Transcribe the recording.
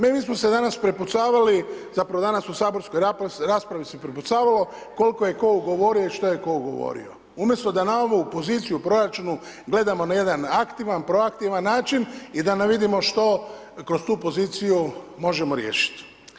Mediji su se danas prepucavali, zapravo danas u saborskoj raspravi se prepucavalo koliko je tko ugovorio i šta je tko ugovorio, umjesto da na ovu poziciju u proračunu gledamo na jedan, aktivan, proaktivan način i da vidimo što kroz tu poziciju možemo riješiti.